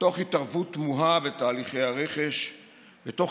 תוך התערבות תמוהה בתהליכי הרכש ותוך